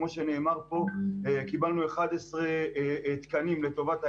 כמו שנאמר פה, קיבלנו 11 תקנים לטובת העניין,